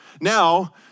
Now